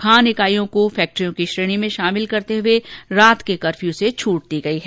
खान इकाइयों को फैक्ट्रियों की श्रेणी में शामिल करते हये रात के कर्फ्यू से छूट दी गई है